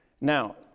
Now